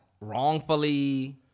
wrongfully